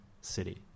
city